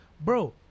bro